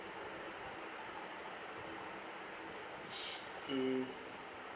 mm